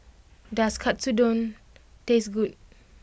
does Katsudon taste good